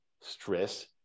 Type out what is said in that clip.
stress